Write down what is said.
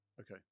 Okay